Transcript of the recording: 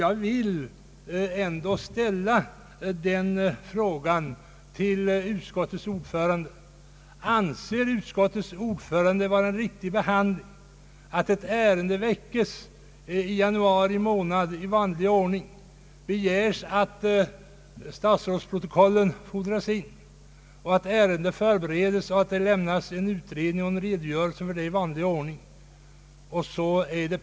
Jag vill ändå ställa den frågan till utskottets ordförande: Anser utskottets ordförande att ärendet har behandlats på ett riktigt sätt? Frågan om granskning av detta ärende väcktes i januari månad i vanlig ordning. Det begärdes att statsrådsprotokollen skulle infordras och att det skulle lämnas en utredning och redogörelse för ärendenas förberedande behandling i departementen.